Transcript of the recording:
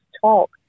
talk